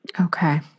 Okay